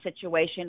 situation